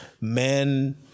men